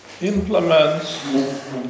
implements